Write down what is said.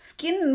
Skin